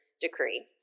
decree